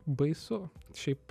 baisu šiaip